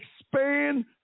expand